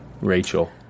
Rachel